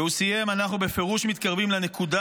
והוא סיים: "אנחנו בפירוש מתקרבים לנקודה